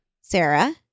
Sarah